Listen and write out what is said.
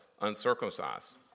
uncircumcised